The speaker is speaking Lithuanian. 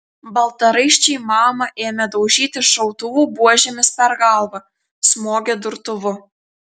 baltaraiščiai mamą ėmė daužyti šautuvų buožėmis per galvą smogė durtuvu